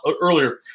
earlier